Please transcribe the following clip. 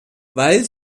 weil